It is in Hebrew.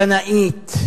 קנאית,